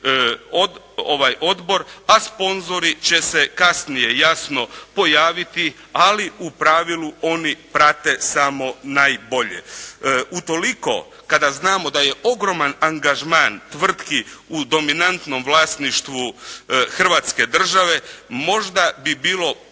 odbor, a sponzori će se kasnije jasno pojaviti ali u pravilu oni prate samo najbolje. Utoliko kada znamo da je ogroman angažman tvrtki u dominantnom vlasništvu Hrvatske države možda bi bilo